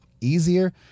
easier